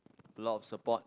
lot of support